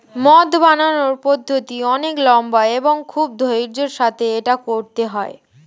মদ বানানোর পদ্ধতিটি অনেক লম্বা এবং খুব ধৈর্য্যের সাথে এটা করতে হয়